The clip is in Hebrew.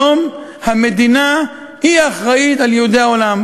היום המדינה היא האחראית ליהודי העולם.